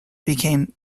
became